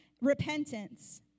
repentance